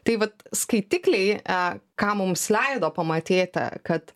tai vat skaitikliai e ką mums leido pamatyti kad